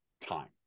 time